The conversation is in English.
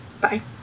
Bye